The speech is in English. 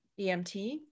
EMT